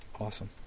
awesome